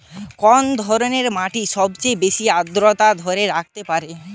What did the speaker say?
কোন ধরনের মাটি সবচেয়ে বেশি আর্দ্রতা ধরে রাখতে পারে?